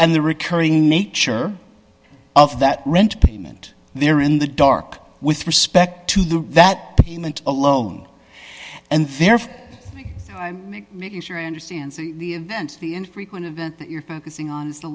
and the recurring nature of that rent payment there in the dark with respect to the that payment alone and therefore i'm making sure i understand and the infrequent event that you're focusing on the